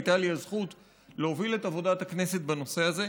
הייתה לי הזכות להוביל את עבודת הכנסת בנושא הזה,